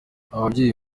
ababyeyi